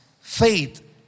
faith